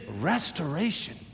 restoration